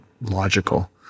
logical